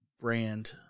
brand